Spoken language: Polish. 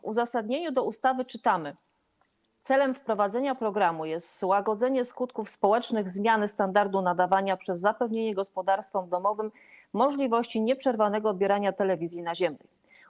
W uzasadnieniu do ustawy czytamy: ˝Celem wprowadzenia programu jest złagodzenie skutków społecznych zmiany standardu nadawania przez zapewnienie gospodarstwom domowym możliwości nieprzerwanego odbierania telewizji naziemnej˝